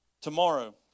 tomorrow